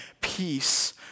peace